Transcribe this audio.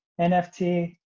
nft